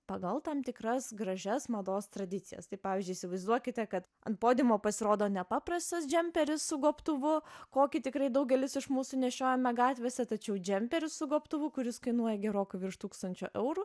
pagal tam tikras gražias mados tradicijas tai pavyzdžiui įsivaizduokite kad ant podiumo pasirodo nepaprastas džemperis su gobtuvu kokį tikrai daugelis iš mūsų nešiojame gatvėse tačiau džemperis su gobtuvu kuris kainuoja gerokai virš tūkstančio eurų